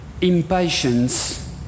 impatience